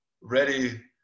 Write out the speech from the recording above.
ready